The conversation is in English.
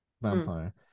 vampire